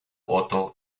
otto